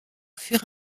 furent